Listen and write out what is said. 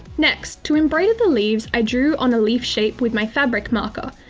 next, to embroider the leaves, i drew on a leaf shape with my fabric marker,